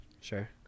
sure